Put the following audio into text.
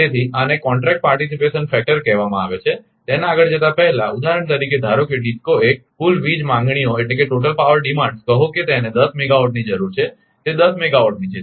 તેથી આને contract participation factor કહેવામાં આવે છે તેના આગળ જતા પહેલા ઉદાહરણ તરીકે ધારો કે DISCO 1 કુલ વીજ માંગણીઓ કહો કે તેને 10 મેગાવાટની જરૂર છે તે 10 મેગાવાટની છે